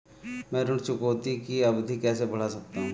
मैं ऋण चुकौती की अवधि कैसे बढ़ा सकता हूं?